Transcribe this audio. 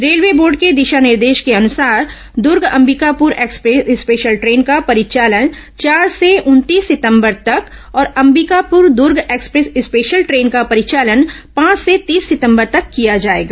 railway board के दिशा निर्देश के अनुसार Durg Ambikapur express special train का परिचालन चार से उनतीस सितंबर तक और Ambikapur Durg express special train का परिचालन पांच से तीस सितंबर तक किया जाएगा